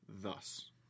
thus